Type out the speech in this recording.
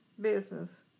business